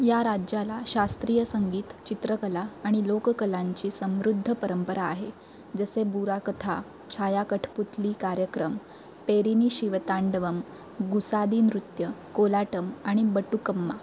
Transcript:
या राज्याला शास्त्रीय संगीत चित्रकला आणि लोककलांची समृद्ध परंपरा आहे जसे बुरा कथा छाया कठपुतळी कार्यक्रम पेरिनी शिवतांडवम गुसादी नृत्य कोलाटम आणि बटुकम्मा